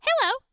Hello